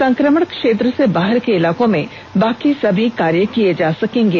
संक्रमण क्षेत्र से बाहर के इलाकों में बाकी सभी कार्य किए जा सकेंगे